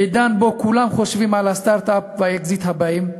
בעידן שבו כולם חושבים על הסטרט-אפ והאקזיט הבאים,